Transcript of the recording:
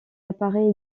apparaît